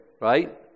Right